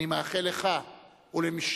אני מאחל לך ולמשלחתך,